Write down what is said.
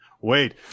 wait